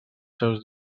seus